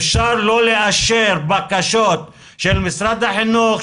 אפשר לא לאשר בקשות של משרד החינוך,